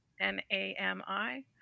N-A-M-I